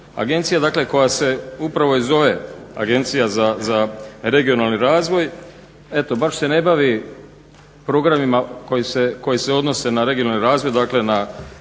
Agencija dakle koja se upravo i zove Agencija za regionalni razvoj eto baš se ne bavi programima koji se odnose na regionalni razvoj, dakle na